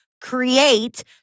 create